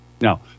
Now